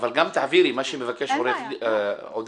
אבל גם תעבירי מה שמבקש עודד.